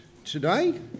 today